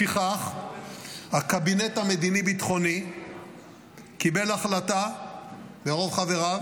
לפיכך הקבינט המדיני ביטחוני קיבל החלטה ברוב חבריו